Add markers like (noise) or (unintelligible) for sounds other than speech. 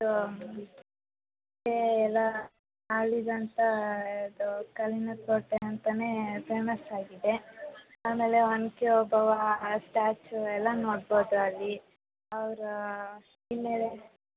(unintelligible) ಎಲ್ಲ ಆಳಿದಂಥ ಇದು ಕಲ್ಲಿನ ಕೋಟೆ ಅಂತನೇ ಫೇಮಸ್ಸಾಗಿದೆ ಆಮೇಲೆ ಒನಕೆ ಓಬವ್ವ ಸ್ಟ್ಯಾಚ್ಯೂ ಎಲ್ಲ ನೋಡ್ಬೋದು ಅಲ್ಲಿ ಅವ್ರ ಹಿನ್ನೆಲೆ